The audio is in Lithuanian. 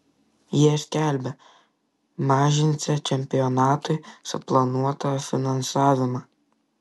jie skelbia mažinsią čempionatui suplanuotą finansavimą